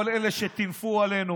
כל אלה שטינפו עלינו,